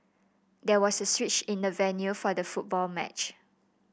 there was a switch in the venue for the football match